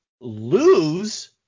Lose